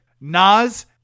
Nas